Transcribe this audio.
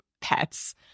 pets